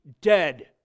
dead